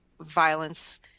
violence